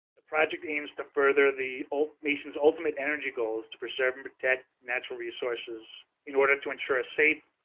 the project aims to further the nation's ultimate energy goals to preserve and protect natural resources in order to ensure a safe,